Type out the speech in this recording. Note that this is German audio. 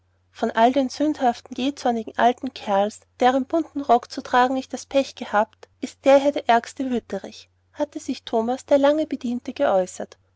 von all den sündhaften jähzornigen wilden alten kerls deren bunten rock zu tragen ich das pech gehabt ist der hier der ärgste wüterich hatte sich thomas der lange bediente geäußert